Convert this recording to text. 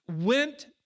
went